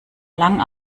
lang